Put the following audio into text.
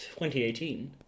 2018